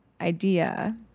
idea